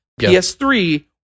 PS3